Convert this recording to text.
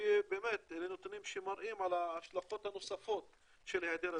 אלה נתונים שמראים על ההשלכות הנוספות של היעדר התשתיות.